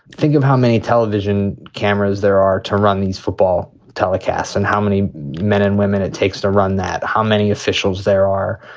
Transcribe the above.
think of how many television cameras there are to run these football telecasts and how many men and women it takes to run that. how many officials there are.